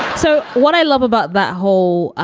so what i love about that whole